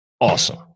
awesome